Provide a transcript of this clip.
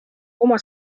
oma